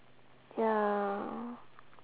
ya